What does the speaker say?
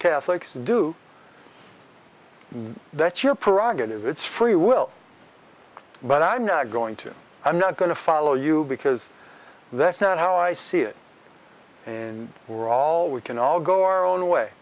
catholics do and that's your prerogative it's free will but i'm not going to i'm not going to follow you because that's not how i see it and we're all we can all go our own way